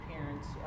parents